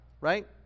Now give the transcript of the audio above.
right